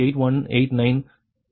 8189 க்கு P12 கிடைக்கும்